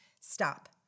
stop